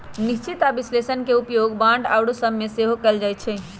निश्चित आऽ विश्लेषण के उपयोग बांड आउरो सभ में सेहो कएल जाइ छइ